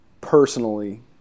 Personally